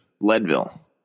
Leadville